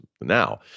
now